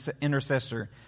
intercessor